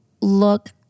look